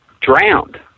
drowned